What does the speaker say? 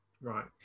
right